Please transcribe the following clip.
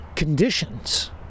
conditions